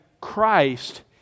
Christ